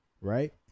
right